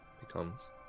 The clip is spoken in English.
becomes